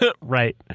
Right